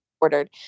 ordered